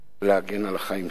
לא רק להגן על החיים של הבן-אדם,